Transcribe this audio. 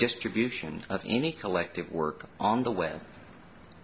distribution of any collective work on the web